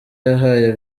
yahaye